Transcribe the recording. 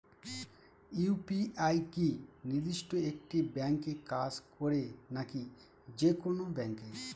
UPI কি নির্দিষ্ট একটি ব্যাংকে কাজ করে নাকি যে কোনো ব্যাংকে?